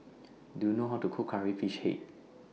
Do YOU know How to Cook Curry Fish Head